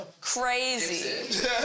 Crazy